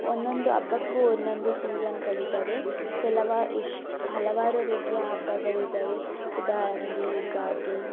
ಒಂದೊಂದು ಹಬ್ಬಕ್ಕೂ ಒಂದೊಂದು ಸೀಝನ್ನುಗಳಿದ್ದಾವೆ ಕೆಲವು ಇಷ್ಟು ಹಲವಾರು ರೀತಿಯ ಹಬ್ಬಗಳು ಇದ್ದಾವೆ ಉದಾಹರಣೆಗೆ ಯುಗಾದಿ